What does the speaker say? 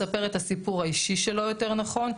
מספר את הסיפור האישי שלו יותר נכון,